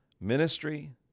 ministry